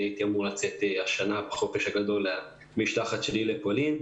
הייתי אמור לצאת השנה בחופש הגדול במשלחת לפולין.